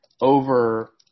over